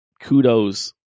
kudos